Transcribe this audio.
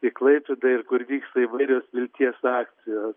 į klaipėdą ir kur vyksta įvairios vilties akcijos